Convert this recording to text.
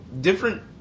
different